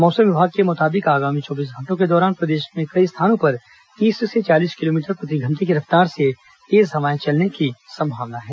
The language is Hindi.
मौसम विभाग के मुताबिक आगामी चौबीस घंटों के दौरान प्रदेश में कई स्थानों पर तीस से चालीस किलोमीटर प्रति घंटे की रफ्तार से तेज हवाएं चलने की संभावना है